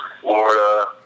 Florida